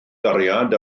gariad